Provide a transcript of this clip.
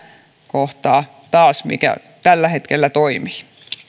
kohtaa taas mikä tällä hetkellä